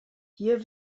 hier